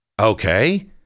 Okay